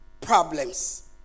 problems